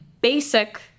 basic